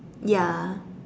ya